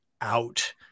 out